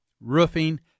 roofing